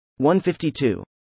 152